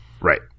Right